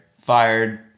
fired